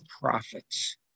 profits